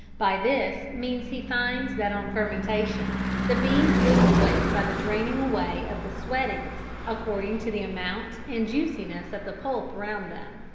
by this means he finds that on fermentation the beans lose weight by the draining away of the sweatings, according to the amount and juiciness of the pulp round them.